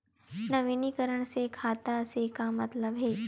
नवीनीकरण से खाता से का मतलब हे?